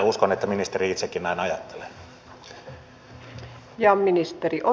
uskon että ministeri itsekin näin ajattelee